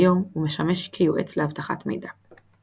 כיום הוא משמש כיועץ לאבטחת מידע.